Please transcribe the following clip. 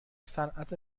صنعت